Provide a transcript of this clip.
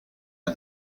are